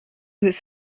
his